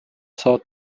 saad